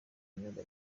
imyuga